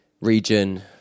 region